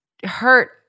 Hurt